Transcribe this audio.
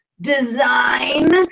design